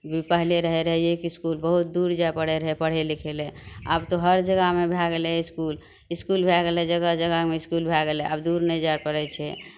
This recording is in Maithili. पहिले रहए रहियै कि इसकुल बहुत दूर जाय पड़ै रहै पढ़य लिखय लेल आब तऽ हर जगहमे भए गेलै इसकुल इसकुल भए गेलै जगह जगहमे इसकुल भए गेलै आब दूर नहि जाय पड़ै छै